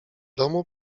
domu